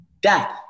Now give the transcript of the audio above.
death